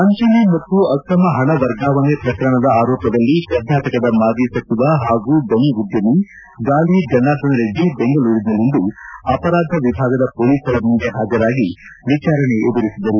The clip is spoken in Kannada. ವಂಚನೆ ಮತ್ತು ಅಕ್ರಮ ಪಣ ವರ್ಗಾವಣೆ ಪ್ರಕರಣದ ಆರೋಪದಲ್ಲಿ ಕರ್ನಾಟಕದ ಮಾಜಿ ಸಚಿವ ಹಾಗೂ ಗಣಿ ಉದ್ದಮಿ ಗಾಲಿ ಜನಾರ್ದನ ರೆಡ್ಡಿ ಬೆಂಗಳೂರಿನಲ್ಲಿಂದು ಅಪರಾಧ ವಿಭಾಗದ ಪೊಲೀಸರ ಮುಂದೆ ಹಾಜರಾಗಿ ವಿಚಾರಣೆ ಎದುರಿಸಿದರು